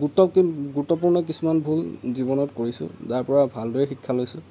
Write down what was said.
গুৰুত্ব গুৰুত্বপূৰ্ণ কিছুমান ভুল জীৱনত কৰিছোঁ যাৰ পৰা ভালদৰে শিক্ষা লৈছোঁ